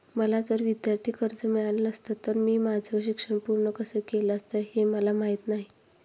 मला जर विद्यार्थी कर्ज मिळालं नसतं तर मी माझं शिक्षण पूर्ण कसं केलं असतं, हे मला माहीत नाही